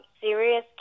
serious